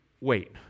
wait